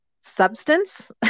substance